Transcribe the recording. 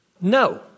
No